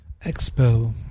expo